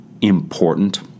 important